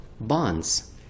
Bonds